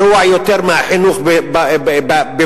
בוודאי גרוע יותר מהחינוך ברמאללה,